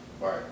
Right